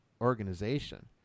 organization